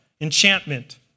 enchantment